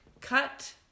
cut